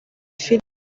filime